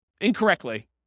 incorrectly